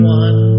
one